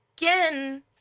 Again